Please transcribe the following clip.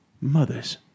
mothers